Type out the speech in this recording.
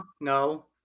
No